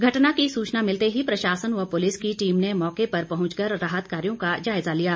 घटना की सूचना मिलते ही प्रशासन व पुलिस की टीम ने मौके पर पहुंच कर राहत कार्यो का जायजा लिया